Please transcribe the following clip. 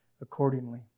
accordingly